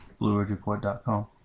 BlueRidgeReport.com